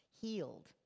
Healed